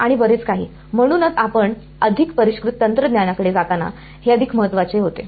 आणि बरेच काही म्हणूनच आपण अधिक परिष्कृत तंत्रज्ञानाकडे जाताना हे अधिक महत्वाचे होते